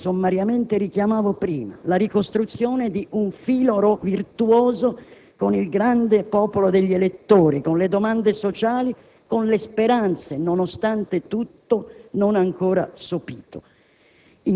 sommariamente richiamavo prima: la ricostruzione di un filo virtuoso con il grande popolo degli elettori, con le domande sociali, con le speranze, nonostante tutto, non ancora sopite.